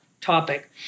topic